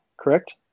Correct